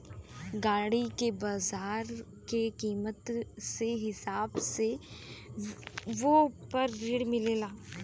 गाड़ी के बाजार के कीमत के हिसाब से वोह पर ऋण मिलेला